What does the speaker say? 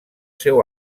seu